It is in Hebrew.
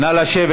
נא לשבת.